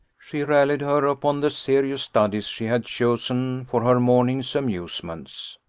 she rallied her upon the serious studies she had chosen for her morning's amusements.